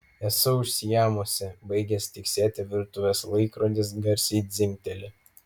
esu užsiėmusi baigęs tiksėti virtuvės laikrodis garsiai dzingteli